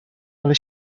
ale